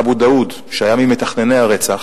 אבו דאוד, שהיה ממתכנני הרצח,